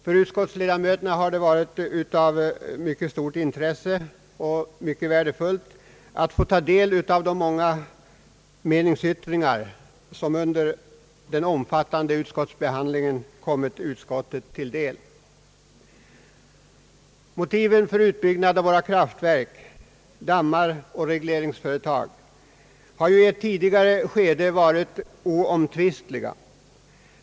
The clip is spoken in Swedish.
För utskottsledamöterna har det varit av mycket stort intresse och mycket värdefullt att få ta del av de många meningsyttringar som kommit utskottet till del under den omfattande utskottsbehandlingen. Motiven för anläggande av kraftverk och dammar och för regleringsföretag har i ett tidigare skede varit oomtvistliga.